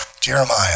Jeremiah